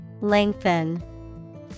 Lengthen